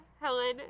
Helen